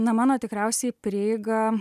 na mano tikriausiai prieigą